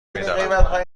میدارم